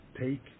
take